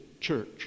church